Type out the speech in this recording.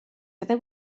fyddai